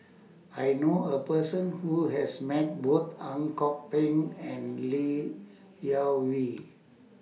I know A Person Who has Met Both Ang Kok Peng and Li Jiawei